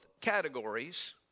categories